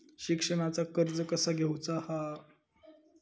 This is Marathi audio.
शिक्षणाचा कर्ज कसा घेऊचा हा?